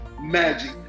magic